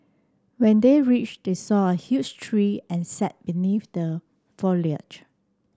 when they reached they saw a huge tree and sat beneath the foliage